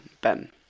Ben